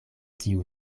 tiu